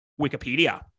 Wikipedia